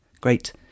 Great